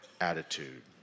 attitude